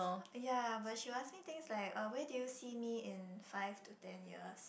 ya but she ask me things uh like where do you see me in five to ten years